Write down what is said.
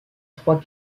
trois